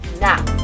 now